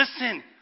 listen